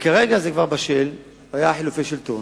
וכרגע זה כבר בשל, והיו חילופי שלטון.